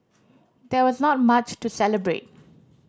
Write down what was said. there was not much to celebrate